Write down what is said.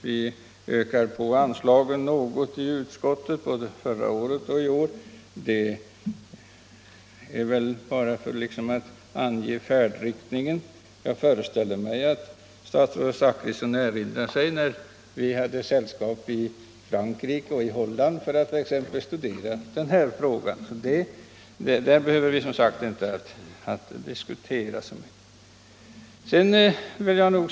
Vi har ökat på de anslagen något i utskottet både förra året och i år — detta kanske närmast för att liksom ange färdriktningen. Jag föreställer mig att statsrådet Zachrisson erinrar sig att vi hade sällskap med varandra både i Frankrike och i Holland för att studera den här frågan, så den behöver vi som sagt inte diskutera närmare nu.